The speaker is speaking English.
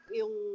yung